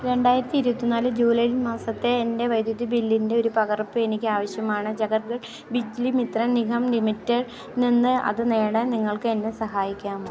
രണ്ടായിരത്തി ഇരുപത്തിനാല് ജൂലൈ മാസത്തെ എൻ്റെ വൈദ്യുതി ബില്ലിൻ്റെ ഒരു പകർപ്പ് എനിക്ക് ആവശ്യമാണ് ജാര്ഖണ്ഡ് ബിജ്ലി വിത്രൻ നിഗം ലിമിറ്റഡില് നിന്ന് അത് നേടാൻ നിങ്ങൾക്കെന്നെ സഹായിക്കാമോ